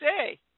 say